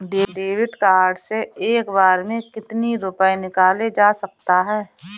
David card से एक बार में कितनी रूपए निकाले जा सकता है?